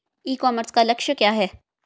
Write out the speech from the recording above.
ई commerce का लक्ष्य क्या है?